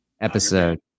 episode